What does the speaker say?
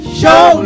show